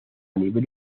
nivel